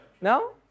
No